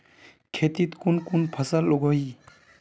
खेतीत कुन कुन फसल उगेई?